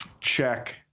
check